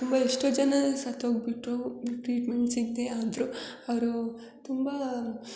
ತುಂಬ ಎಷ್ಟೋ ಜನ ಸತ್ತೋಗಿಬಿಟ್ರು ಟ್ರೀಟ್ಮೆಂಟ್ ಸಿಗದೆ ಆದರೂ ಅವರೂ ತುಂಬ